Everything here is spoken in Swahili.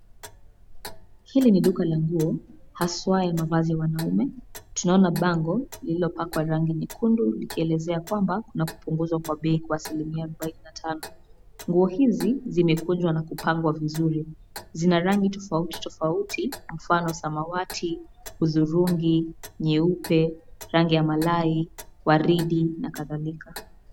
Hili ni duka la nguo, haswa ya mavazi ya wanaume. Tunaona bango liliopakwa rangi nyekundu likielezea kwamba kuna kupunguzwa kwa bei kwa asilimia arubaini na tano. Nguo hizi zimekunjwa na kupangwa vizuri. Zina rangi tofauti tofauti, kwa mfano, samawati, hudhurungi, nyeupe, rangi ya malai, waridi na kadhalika.